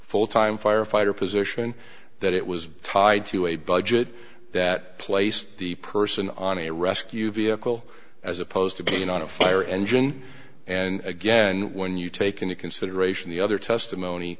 full time firefighter position that it was tied to a budget that placed the person on a rescue vehicle as opposed to being on a fire engine and again when you take into consideration the other testimony